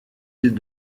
îles